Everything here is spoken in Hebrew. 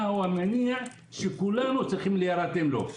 מהו המניע שכולנו צריכים להירתם לו.